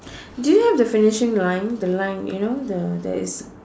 do you have the finishing line the line you know the there is